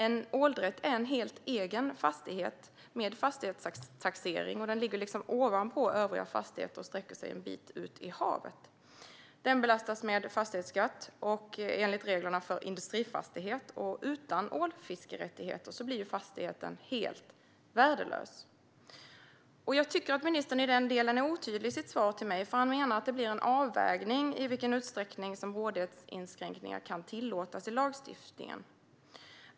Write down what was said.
En åldrätt är en helt egen fastighet med fastighetstaxering. Den ligger liksom ovanpå övriga fastigheter och sträcker sig en bit ut i havet. Den belastas med fastighetsskatt enligt reglerna för industrifastighet. Utan ålfiskerättigheter blir fastigheten helt värdelös. Jag tycker att ministern i den delen är otydlig i sitt svar till mig. Han menar att det blir en avvägning i vilken utsträckning som rådighetsinskränkningar kan tillåtas i lagstiftningen.